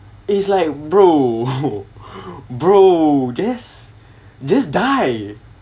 is like bro bro just just die